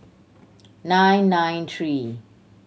nine nine three